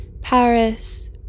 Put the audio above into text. Paris